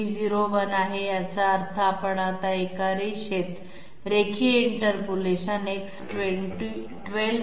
30 F200 आहे याचा अर्थ आपण आता एका रेषेत रेखीय इंटरपोलेशन X12